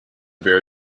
bear